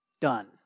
done